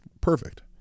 Perfect